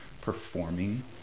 performing